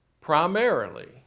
primarily